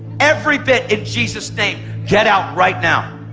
every bit in jesus name, get out right now.